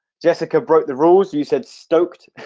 jessica broke the rules. you said stoked.